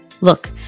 Look